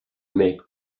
make